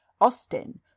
austin